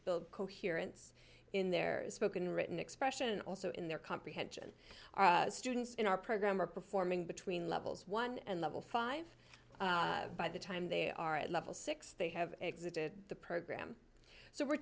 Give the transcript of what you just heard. build coherence in their spoken written expression also in their comprehension our students in our program are performing between levels one and level five by the time they are at level six they have exited the program so we're